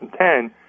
2010